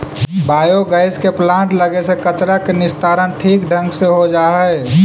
biogas के plant लगे से कचरा के निस्तारण ठीक ढंग से हो जा हई